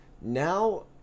now